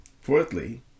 Fourthly